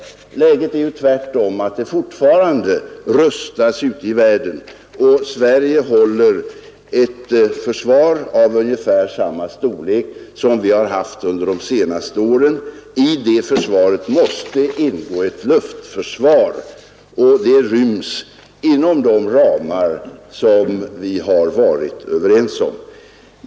Tvärtom är läget sådant att det fortfarande rustas ute i världen, och Sverige håller ett försvar av ungefär samma storlek som det vi haft under de senaste åren. I detta måste även ingå ett luftförsvar, vilket ryms inom de ramar som vi varit överens om.